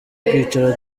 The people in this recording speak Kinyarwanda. kwicara